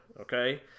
okay